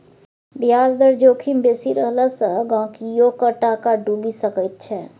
ब्याज दर जोखिम बेसी रहला सँ गहिंकीयोक टाका डुबि सकैत छै